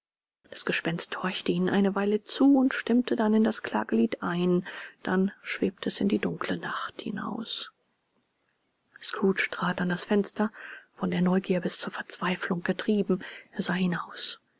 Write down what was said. das gespenst horchte ihnen eine weile zu und stimmte dann in das klagelied ein dann schwebte es in die dunkle nacht hinaus scrooge trat an das fenster von der neugier bis zur verzweiflung getrieben er sah hinaus